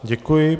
Děkuji.